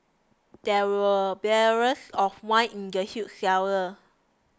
there were barrels of wine in the huge cellar